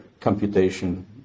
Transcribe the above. computation